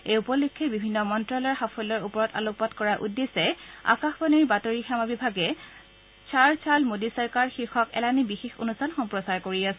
এই উপলক্ষে বিভিন্ন মন্তালয়ৰ সাফল্যৰ ওপৰত আলোকপাত কৰাৰ উদ্দেশ্যে আকাশবাণীৰ বাতৰি সেৱা বিভাগে চাৰ চাল মোডী চৰকাৰ শীৰ্ষক এলানি বিশেষ অনুষ্ঠান সম্প্ৰচাৰ কৰি আছে